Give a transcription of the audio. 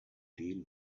deal